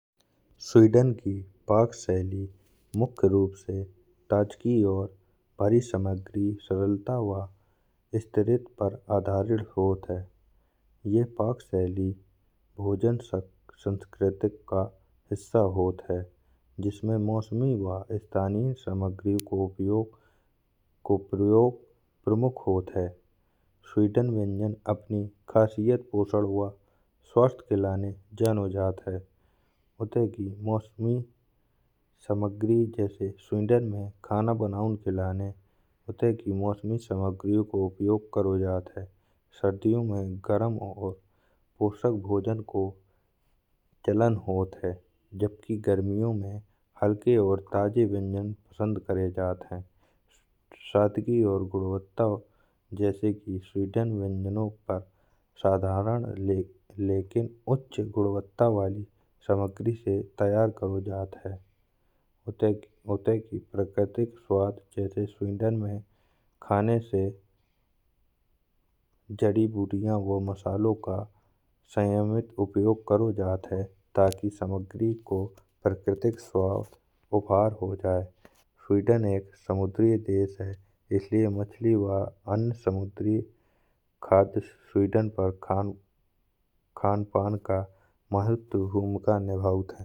स्वीडन की पाक शैली मुख्य रूप से ताज़गी और भारी सामग्री सरलता वा स्थिरता पर आधारित होत है। यह पाक शैली भोजन सांस्कृतिक का हिस्सा होत है जिसमें मौसमी वा स्थानीय सामग्री को उपयोग को प्रयोग प्रमुख होत है। स्वीडन व्यंजन अपनी खासियत पोषण और स्वास्थ्य के लिए जाने जात है। उसमें की मौसमी सामग्री जैसे स्वीडन में खाना बनाऊँ के लिए उसी की मौसमी सामग्री का उपयोग करों जात है। सर्दियों में गर्म और पोषण भोजन को चलन होत है। जबकि गर्मियों में हल्की और ताज़े व्यंजन पसंद करों जात है। सादगी और गुणवत्ता जैसे की स्वीडन व्यंजनों को साधारण लेकिन उच्च गुणवत्ता वाली सामग्री से तैयार करों जात है। ताकि प्राकृतिक स्वाद जैसे स्वीडन में खाने से जड़ी बूटियाँ वा मसालों का संयमित उपयोग करों जात है ताकि सामग्री को प्राकृतिक उपहार हो जाए। स्वीडन एक समुद्री देश है इसलिए मछली व अन्य समुद्री खाद्य स्वीडन पर खान पान महत्वपूर्ण भूमिका निभात है।